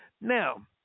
Now